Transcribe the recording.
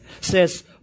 says